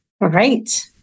right